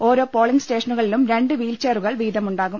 ഓരോ പോളിംഗ് സ്റ്റേഷനുകളിലും രണ്ട് വീൽചെയറുകൾ വീതമു ണ്ടാകും